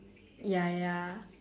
ya ya